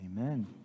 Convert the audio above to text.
Amen